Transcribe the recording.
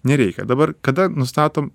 nereikia dabar kada nustatom